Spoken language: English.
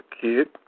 kid